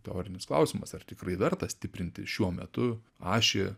teorinis klausimas ar tikrai verta stiprinti šiuo metu ašį